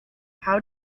how